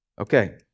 Okay